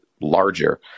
larger